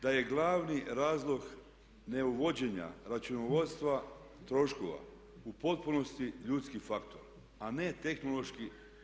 Da je glavni razlog neuvođenja računovodstva troškova u potpunosti ljudski faktor, a ne tehnološki.